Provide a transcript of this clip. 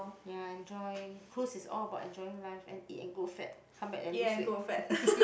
ya enjoy cruise is all about enjoying life and eat and grow fat come back then lose weight